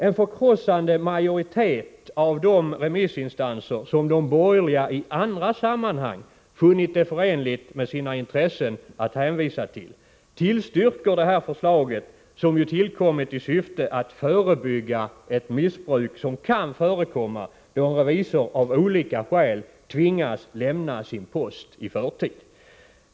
En förkrossande majoritet av de remissinstanser som de borgerliga i andra sammanhang funnit det förenligt med sina intressen att hänvisa till, tillstyrker förslaget, som ju tillkommit i syfte att förebygga ett missbruk som kan förekomma då en revisor av olika skäl tvingas lämna sin post i förtid.